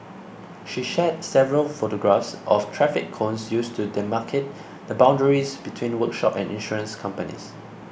she shared several photographs of traffic cones used to demarcate the boundaries between workshop and insurance companies